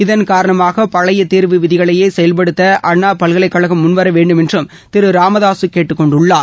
இதன் காரணமாக பழைய தேர்வு விதிகளையே செயல்படுத்த அண்ணா பல்கலைக்கழகம் முன்வர வேண்டுமென்றும் திரு ராமதாசு கேட்டுக் கொண்டுள்ளார்